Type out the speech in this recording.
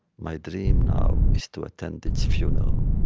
my dream now is to attend its funeral.